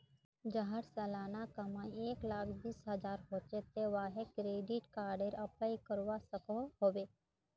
जहार सालाना कमाई एक लाख बीस हजार होचे ते वाहें क्रेडिट कार्डेर अप्लाई करवा सकोहो होबे?